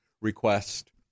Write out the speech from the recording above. request